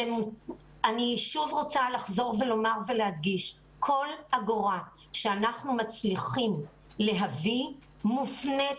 אני רוצה לחזור ולהדגיש: כל אגורה שאנחנו מצליחים להביא מופנית